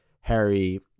Harry